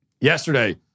Yesterday